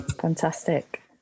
Fantastic